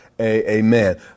Amen